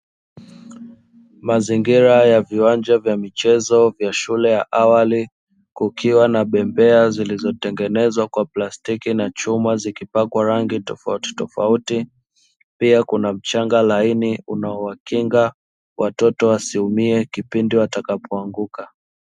Mazingira ya viwanja vya michezo vya shule ya awali kukiwa na bembea zilizotengenezwa kwa plastiki na chuma zikipakwa rangi tofautitofauti pia kuna mchanga laini unaowakinga watoto wasiumie kipindi watakapoanguka.